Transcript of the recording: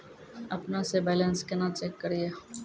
अपनों से बैलेंस केना चेक करियै?